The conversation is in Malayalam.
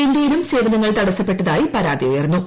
ഇന്ത്യയിലും സേവനങ്ങൾ തടസ്സപ്പെട്ടതായി പരാതി ഉയർന്നു